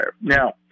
Now